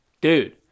Dude